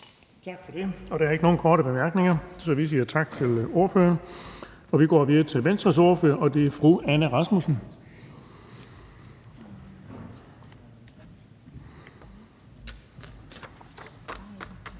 Tak for det. Der er ikke nogen korte bemærkninger, så vi siger tak til ordføreren og går videre til Venstres ordfører, og det er fru Anne Rasmussen. Kl.